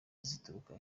zituruka